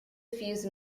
fuse